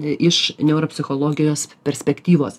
iš neuropsichologijos perspektyvos